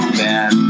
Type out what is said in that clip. bad